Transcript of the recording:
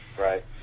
right